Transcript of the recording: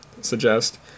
suggest